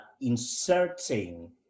inserting